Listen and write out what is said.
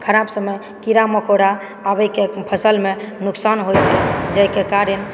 खराब समय कीड़ा मकोड़ा आबिके फसलमे नुकसान होइ छै जाहिके कारण